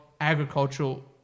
agricultural